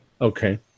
Okay